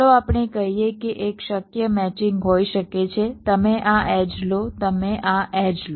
ચાલો આપણે કહીએ કે એક શક્ય મેચિંગ હોઈ શકે છે તમે આ એડ્જ લો તમે આ એડ્જ લો